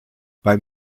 beim